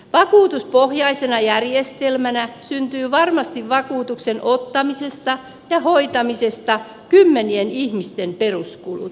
vakuutuspohjaisena järjestelmänä syntyy varmasti vakuutuksen ottamisesta ja hoitamisesta kymmenien ihmisten peruskulut